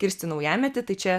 kirsti naujametį tai čia